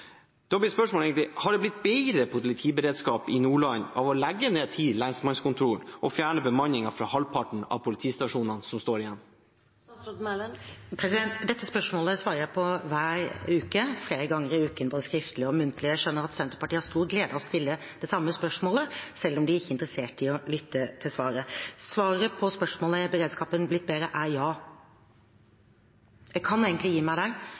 Da er mitt spørsmål egentlig: Har det blitt bedre politiberedskap i Nordland av å legge ned ti lensmannskontor og fjerne bemanningen fra halvparten av politistasjonene som står igjen? Dette spørsmålet svarer jeg på hver uke, flere ganger i uken, både skriftlig og muntlig. Jeg skjønner at Senterpartiet har stor glede av å stille det samme spørsmålet, selv om de ikke er interessert i å lytte til svaret. Svaret på spørsmålet om beredskapen er blitt bedre, er ja. Jeg kan egentlig gi meg